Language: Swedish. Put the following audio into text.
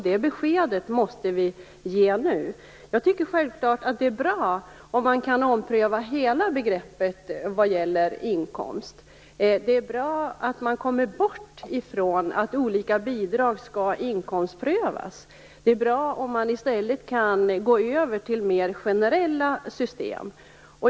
Det beskedet måste vi ge nu. Jag tycker självklart att det är bra om man kan ompröva hela begreppet vad gäller inkomst. Det är bra att man kommer bort från att olika bidrag skall inkomstprövas. Det är bra om man i stället kan gå över till mer generella system.